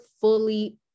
fully